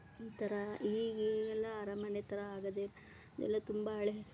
ಒಂಥರಾ ಈಗ ಈಗೆಲ್ಲ ಅರಮನೆ ಥರ ಆಗೋದೆ ಇಲ್ಲ ಎಲ್ಲ ತುಂಬ ಹಳೇ